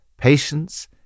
Patience